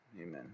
Amen